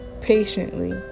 patiently